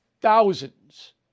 Thousands